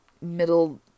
middle